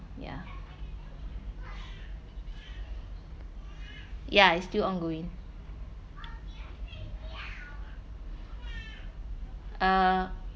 ya ya it's still ongoing uh